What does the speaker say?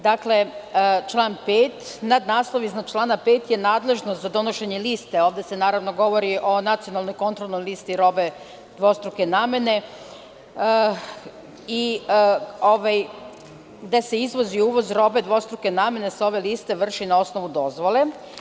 Dakle, član 5, nadnaslov iznad člana 5. je „Nadležnost za donošenje liste“, ovde se naravno govori o nacionalnoj kontrolnoj listi robe dvostruke namene, da se izvoz i uvoz robe dvostruke namene sa ove liste vrši na osnovu dozvole.